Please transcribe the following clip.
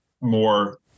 more